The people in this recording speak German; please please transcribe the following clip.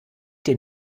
den